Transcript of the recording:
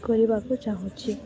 କରିବାକୁ ଚାହୁଁଛି